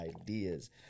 ideas